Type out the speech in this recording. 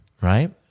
Right